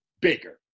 bigger